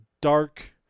dark